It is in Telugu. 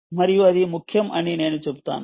మరియు అది ముఖ్యం అని నేను చెబుతాను